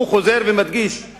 הוא חוזר ומדגיש את